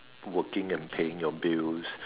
working and paying your bills